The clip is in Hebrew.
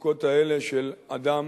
המצוקות האלה של אדם